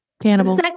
cannibal